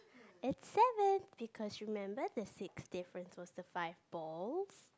it's seven because remember the sixth difference was the five balls